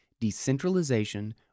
decentralization